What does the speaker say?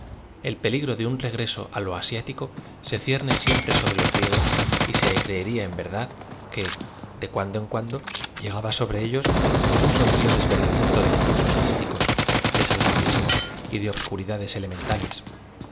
el peligro de un regreso á lo asiático se cierne siempre sobre los griegos y se cree ría en verdad que de cuando en cuando llegaba so bre ellos como un sombrío desbordamiento de impul sos místicos de salvajismos y de obscuridades